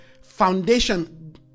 foundation